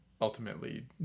ultimately